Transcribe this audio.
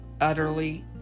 utterly